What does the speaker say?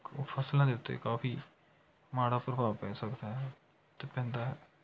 ਕ ਫ਼ਸਲਾਂ ਦੇ ਉੱਤੇ ਕਾਫੀ ਮਾੜਾ ਪ੍ਰਭਾਵ ਪੈ ਸਕਦਾ ਹੈ ਅਤੇ ਪੈਂਦਾ ਹੈ